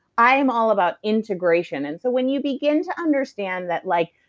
i am all about integration and so when you begin to understand that like,